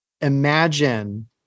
imagine